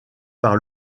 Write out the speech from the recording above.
par